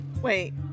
wait